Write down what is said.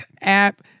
app